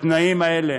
בתנאים האלה: